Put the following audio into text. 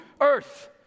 earth